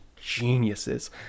geniuses